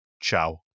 ciao